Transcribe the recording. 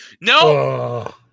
No